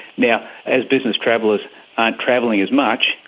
now, as business travellers aren't travelling as much,